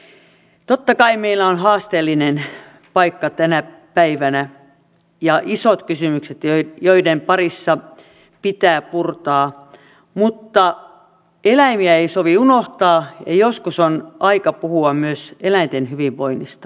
totta kai meillä on haasteellinen paikka tänä päivänä ja isot kysymykset joiden parissa pitää puurtaa mutta eläimiä ei sovi unohtaa ja joskus on aika puhua myös eläinten hyvinvoinnista